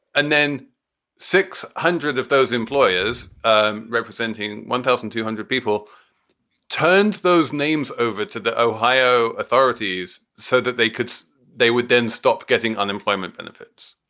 and then six hundred of those employers um representing one thousand two hundred people turned those names over to the ohio authorities so that they could they would then stop getting unemployment benefits.